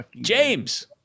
James